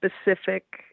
specific